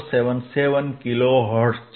477 kilo hertz છે